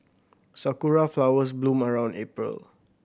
sakura flowers bloom around April